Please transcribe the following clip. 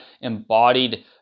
embodied